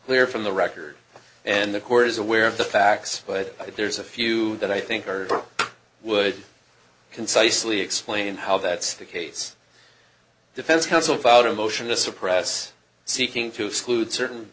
clear from the record and the court is aware of the facts but there's a few that i think would concisely explain how that's the case defense counsel filed a motion to suppress seeking to exclude certain